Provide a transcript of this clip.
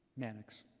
mannix.